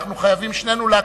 אנחנו חייבים שנינו להקפיד,